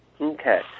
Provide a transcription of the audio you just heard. okay